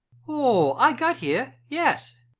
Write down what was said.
oh, i got here yes,